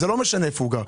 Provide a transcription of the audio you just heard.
זה לא משנה איפה הוא גר.